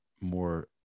more